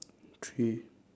three